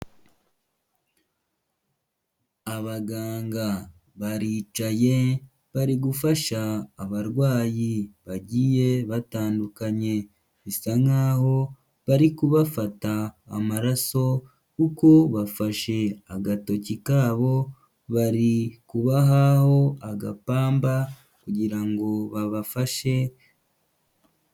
Abaganga baricaye bari gufasha abarwayi bagiye batandukanye, bisa nk'aho bari kubafata amaraso kuko bafashe agatoki kabo, bari kubahaho agapamba kugirango babafashe.